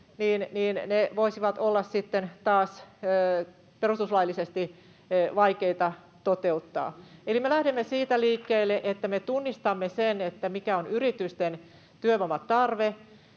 taas voisivat olla perustuslaillisesti vaikeita toteuttaa. Eli me lähdemme liikkeelle siitä, että me tunnistamme sen, mikä on yritysten työvoiman tarve,